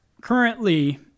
currently